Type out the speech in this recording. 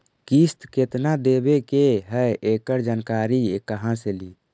किस्त केत्ना देबे के है एकड़ जानकारी कहा से ली?